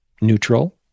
neutral